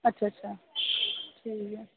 अच्छा अच्छा ठीक ऐ